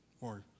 more